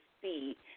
see